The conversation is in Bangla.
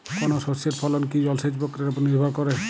কোনো শস্যের ফলন কি জলসেচ প্রক্রিয়ার ওপর নির্ভর করে?